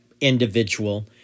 individual